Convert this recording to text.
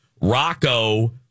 Rocco